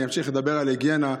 אני אמשיך לדבר על היגיינה,